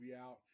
out